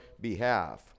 behalf